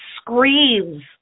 screams